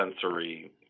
sensory